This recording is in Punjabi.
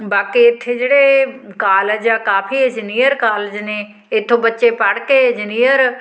ਬਾਕੀ ਇੱਥੇ ਜਿਹੜੇ ਕਾਲਜ ਆ ਕਾਫੀ ਇੰਜੀਨੀਅਰ ਕਾਲਜ ਨੇ ਇਥੋਂ ਬੱਚੇ ਪੜ੍ਹ ਕੇ ਇੰਜੀਨੀਅਰ